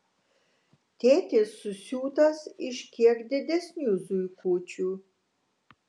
tėtis susiūtas iš kiek didesnių zuikučių